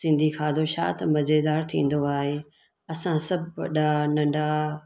सिंधी खाधो छा त मज़ेदारु थींदो आहे असां सभु वॾा नंढा